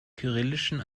kyrillischen